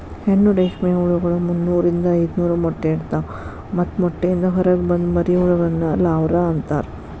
ಹೆಣ್ಣು ರೇಷ್ಮೆ ಹುಳಗಳು ಮುನ್ನೂರಿಂದ ಐದನೂರ ಮೊಟ್ಟೆ ಇಡ್ತವಾ ಮತ್ತ ಮೊಟ್ಟೆಯಿಂದ ಹೊರಗ ಬಂದ ಮರಿಹುಳಗಳನ್ನ ಲಾರ್ವ ಅಂತಾರ